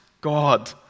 God